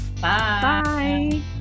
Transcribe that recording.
Bye